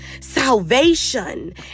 salvation